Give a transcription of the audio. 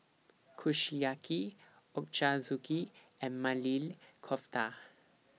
Kushiyaki Ochazuke and Maili Kofta